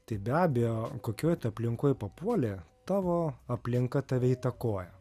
tai be abejo kokioj tu aplinkoj papuoli tavo aplinka tave įtakoja